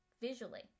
visually